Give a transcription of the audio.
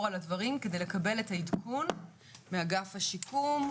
על הדברים כדי לקבל את העדכון מאגף השיקום,